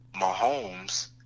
Mahomes